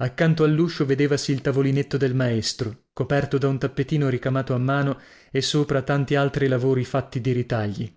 accanto alluscio vedevasi il tavolinetto del maestro coperto da un tappetino ricamato a mano e sopra tanti altri lavori fatti di ritagli